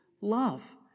love